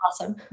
Awesome